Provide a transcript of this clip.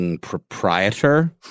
Proprietor